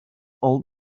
old